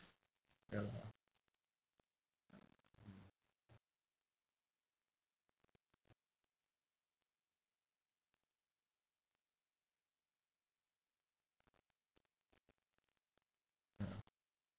ya lah